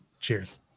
Cheers